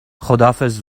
خداحافظ